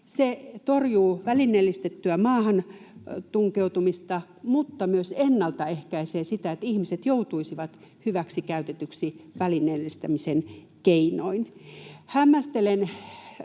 Se torjuu välineellistettyä maahantunkeutumista mutta myös ennalta ehkäisee sitä, että ihmiset joutuisivat hyväksikäytetyksi välineellistämisen keinoin. Hämmästelen